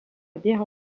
bière